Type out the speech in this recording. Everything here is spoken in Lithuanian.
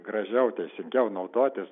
gražiau teisingiau naudotis